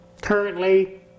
currently